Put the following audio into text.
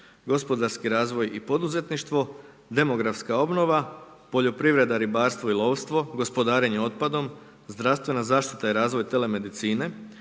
gospodarski razvoj i poduzetništvo, demografska obnova, poljoprivreda, ribarstvo i lovstvo, gospodarenje otpadom, zdravstvena zaštita i razvoj tele medicine,